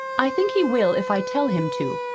i think he will if i tell him to.